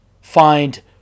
find